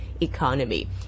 economy